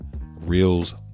reels